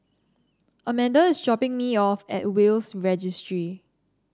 Amanda is dropping me off at Will's Registry